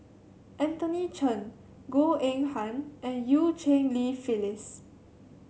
Anthony Chen Goh Eng Han and Eu Cheng Li Phyllis